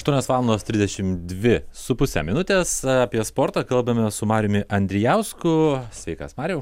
aštuonios valandos trisdešim dvi su puse minutės apie sportą kalbamės su mariumi andrijausku sveikas mariau